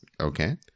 Okay